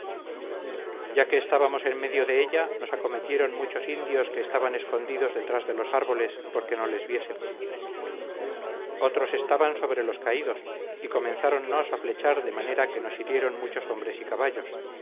ya que estábamos en medio de ella nos acometieron muchos indios que estaban escondidos detrás de los árboles porque no les viésemos otros estaban sobre los caídos y comenzáronnos a flechar de manera que nos hirieron muchos hombres y caballos